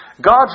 God's